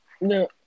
No